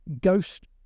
ghost